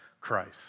Christ